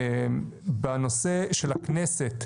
בנושא של הכנסת,